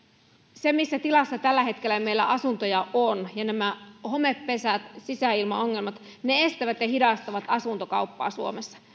se missä tilassa tällä hetkellä meillä asuntoja on ja nämä homepesät sisäilmaongelmat estävät ja hidastavat asuntokauppaa suomessa